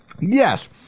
Yes